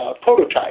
prototype